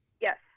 Yes